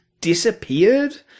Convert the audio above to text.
disappeared